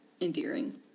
endearing